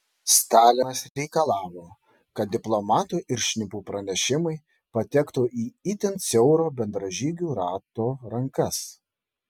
stalinas reikalavo kad diplomatų ir šnipų pranešimai patektų į itin siauro bendražygių rato rankas